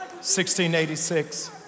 1686